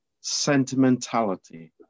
sentimentality